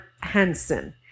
Hansen